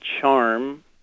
charm